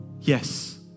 Yes